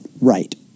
right